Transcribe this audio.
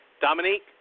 Dominique